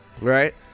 Right